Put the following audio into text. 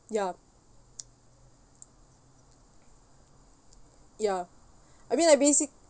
ya ya I mean like basic